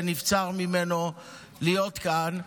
שנבצר ממנו להיות כאן,